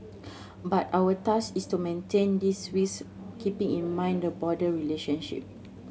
but our task is to maintain this whilst keeping in mind the broader relationship